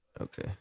Okay